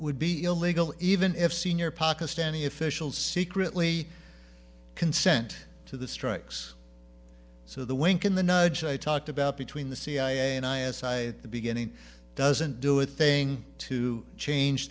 would be illegal even if senior pakistani officials secretly consent to the strikes so the wink in the nudge i talked about between the cia and i s i the beginning doesn't do a thing to change